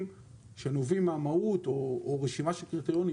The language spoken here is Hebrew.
שנובעים מהמהות או רשימה של קריטריונים,